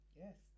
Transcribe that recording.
yes